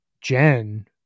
Jen